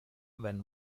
when